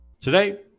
Today